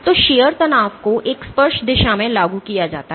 तो shear तनाव को एक स्पर्श दिशा में लागू किया जाता है